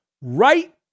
Right